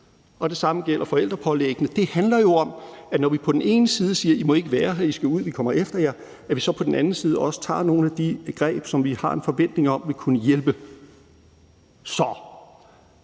Og det samme gælder forældrepålæggene. Det handler jo om, at vi, når vi på den ene side siger til nogen, at de ikke må være der, at de skal ud, at vi kommer efter dem, så på den anden side også tager nogle af de greb, som vi har en forventning om vil kunne hjælpe. Der